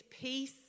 peace